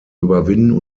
überwinden